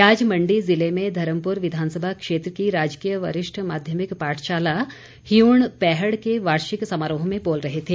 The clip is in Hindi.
वे आज मंडी जिले में धर्मपुर विधानसभा क्षेत्र की राजकीय वरिष्ठ माध्यमिक पाठशाला हियूण पैहड़ के वार्षिक समारोह में बोल रहे थे